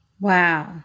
Wow